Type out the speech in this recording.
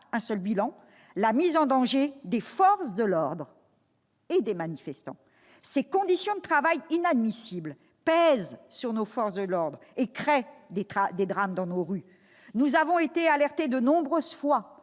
un seul bilan : la mise en danger des forces de l'ordre et des manifestants. Ces conditions de travail inadmissibles pèsent sur nos forces de l'ordre et créent des drames dans nos rues. Nous avons été alertés de nombreuses fois